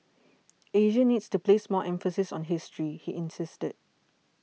asia needs to place more emphasis on history he insisted